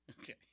Okay